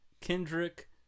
Kendrick